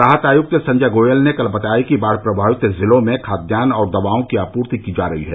राहत आयुक्त संजय गोयल ने कल बताया कि बाढ़ प्रभावित जिलों में खाद्यान और दवाओं की आपूर्ति की जा रही है